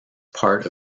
part